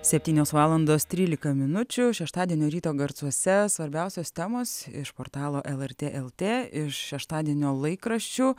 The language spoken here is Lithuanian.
septynios valandos trylika minučių šeštadienio ryto garsuose svarbiausios temos iš portalo lrt lt iš šeštadienio laikraščių